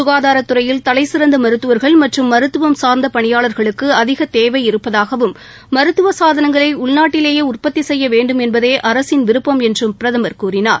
சுகாதாரத் துறையில் தலைசிறந்த மருத்துவா்கள் மற்றும் மருத்துவம் சாா்ந்த பணியாளா்களுக்கு அதிக தேவை இருப்பதாகவும் மருத்துவ சாதனங்களை உள்நாட்டிலேயே உற்பத்தி செய்ய வேண்டும் என்பதே அரசின் விருப்பம் என்றும் பிரதமர் கூறினார்